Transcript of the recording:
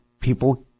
people